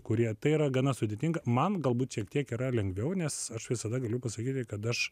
kurie tai yra gana sudėtinga man galbūt šiek tiek yra lengviau nes aš visada galiu pasakyti kad aš